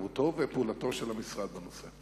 התערבותו ופעולתו של המשרד בנושא.